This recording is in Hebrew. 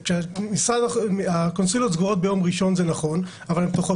זה נכון שהקונסוליות סגורות ביום ראשון אבל הן פתוחות